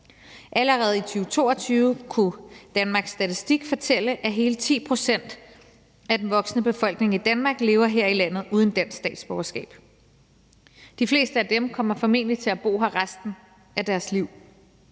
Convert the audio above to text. Allerede i 2022 kunne Danmarks Statistik fortælle, at hele 10 pct. af den voksne befolkning i Danmark lever her i landet uden dansk statsborgerskab. De fleste af dem kommer formentlig til at bo her resten af deres liv,